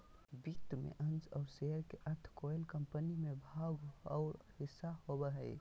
वित्त में अंश और शेयर के अर्थ कोय कम्पनी में भाग और हिस्सा होबो हइ